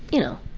you know,